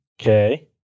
Okay